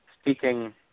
Speaking